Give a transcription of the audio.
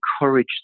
encourage